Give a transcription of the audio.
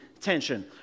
tension